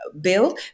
bill